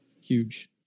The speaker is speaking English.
huge